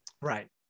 Right